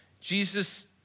Jesus